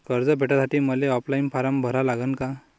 कर्ज भेटासाठी मले ऑफलाईन फारम भरा लागन का?